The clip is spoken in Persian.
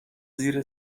زیر